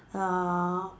uh